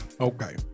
Okay